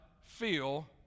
feel